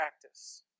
practice